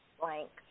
blank